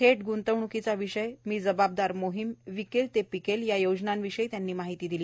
थेट ग्ंतवणूक मी जबाबदारमोहीम विकेल ते पिकेलया योजनानविषयी त्यांनी माहिती दिली